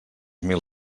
mil